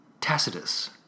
Tacitus